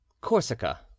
Corsica